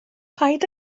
paid